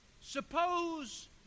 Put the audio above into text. Suppose